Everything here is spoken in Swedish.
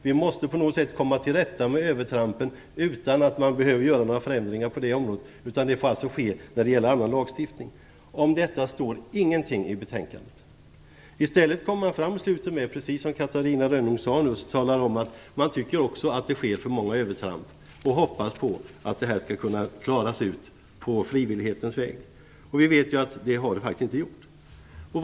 Vi måste på något sätt komma till rätta med övertrampen utan att man behöver göra några förändringar på det området. Det får alltså ske genom annan lagstiftning. Det står ingenting om detta i betänkandet. I stället talar man i slutet om att man också tycker att det sker för många övertramp och hoppas att detta skall kunna klaras ut på frivillig väg. Vi vet ju att det faktiskt inte har gjort det.